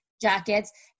jackets